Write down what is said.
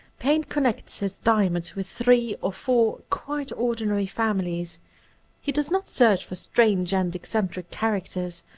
payn connects his diamonds with three or four quite ordinary families he does not search for strange and eccentric characters,